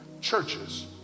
churches